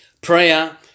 prayer